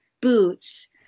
boots